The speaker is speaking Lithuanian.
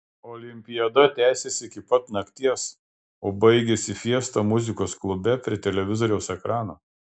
olimpiada tęsėsi iki pat nakties o baigėsi fiesta muzikos klube prie televizoriaus ekrano